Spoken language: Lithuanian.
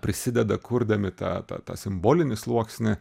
prisideda kurdami tą tą tą simbolinį sluoksnį